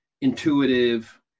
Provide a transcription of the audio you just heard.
intuitive